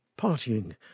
partying